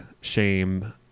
shame